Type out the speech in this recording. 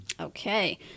Okay